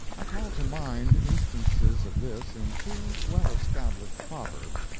i call to mind instances of this in two well-established proverbs,